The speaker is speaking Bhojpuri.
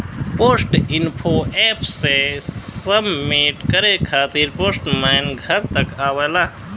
पोस्ट इन्फो एप से सबमिट करे खातिर पोस्टमैन घर तक आवला